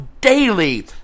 daily